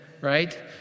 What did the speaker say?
right